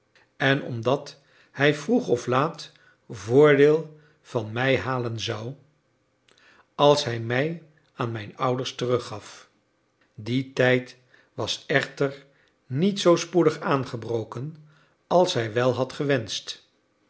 en omdat hij vroeg of laat voordeel van mij halen zou als hij mij aan mijn ouders teruggaf die tijd was echter niet zoo spoedig aangebroken als hij wel had gewenscht